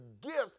gifts